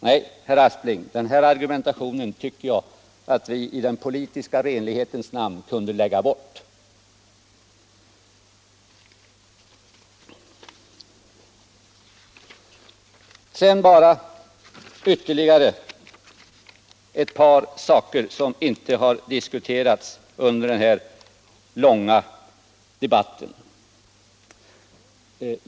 Nej, herr Aspling, den argumentationen tycker jag att vi i den politiska renlighetens namn kunde lägga bort.